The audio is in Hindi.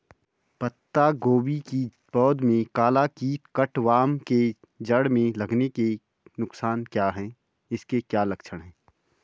पत्ता गोभी की पौध में काला कीट कट वार्म के जड़ में लगने के नुकसान क्या हैं इसके क्या लक्षण हैं?